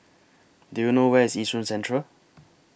Do YOU know Where IS Yishun Central